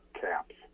caps